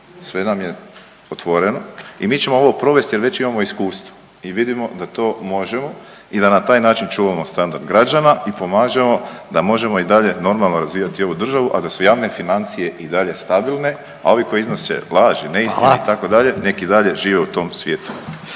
sve nam je otvoreno i mi ćemo ovo provesti jer već imamo iskustva i vidimo da to možemo i da na taj način čuvamo standard građana i pomažemo da možemo i dalje normalno razvijati ovu državu, a da su javne financije i dalje stabilne, a ovi koji iznose laži, neistine itd. …/Upadica: Hvala./… nek i dalje žive u tom svijetu.